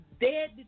dead